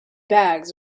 bags